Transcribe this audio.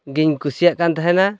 ᱜᱤᱧ ᱠᱩᱥᱤᱭᱟᱜ ᱠᱟᱱ ᱛᱟᱦᱮᱱᱟ